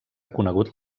conegut